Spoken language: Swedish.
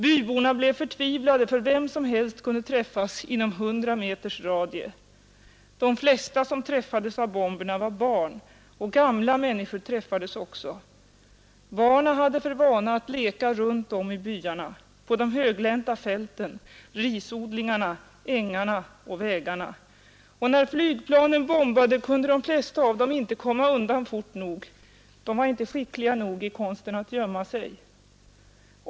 Byborna blev förtvivlade för vem som helst kunde träffas inom hundra meters radie. ——— De flesta som träffades av bomberna var barn. Och gamla människor träffades också ofta. Barnen hade för vana att leka runt om i byarna, på de höglänta fälten, risodlingarna, ängarna och vägarna. Och när flygplanen bombade kunde de flesta av dem inte komma undan fort nog. De var inte skickliga nog i konsten att gömma sig.